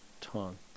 tongue